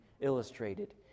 illustrated